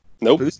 Nope